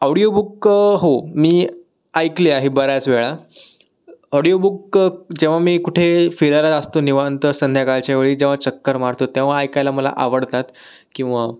audio बुक्कं हो मी ऐकले आहे बऱ्याच वेळा ऑडिओ बुक्कं जेव्हा मी कुठे फिरायला असतो निवांत संध्याकाळच्या वेळी जेव्हा चक्कर मारतो तेव्हा ऐकायला मला आवडतात किंवा